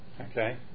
Okay